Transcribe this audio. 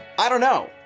i don't know.